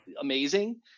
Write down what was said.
amazing